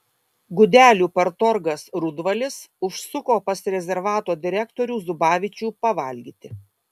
gudelių partorgas rudvalis užsuko pas rezervato direktorių zubavičių pavalgyti